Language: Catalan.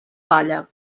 palla